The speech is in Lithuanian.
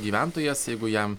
gyventojas jeigu jam